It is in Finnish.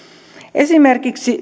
esimerkiksi